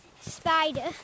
spider